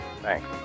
Thanks